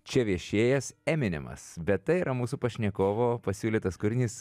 čia viešėjęs eminemas bet tai yra mūsų pašnekovo pasiūlytas kūrinys